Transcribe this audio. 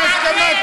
למה?